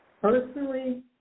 Personally